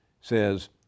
says